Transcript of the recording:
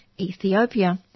Ethiopia